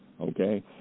okay